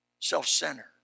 self-centered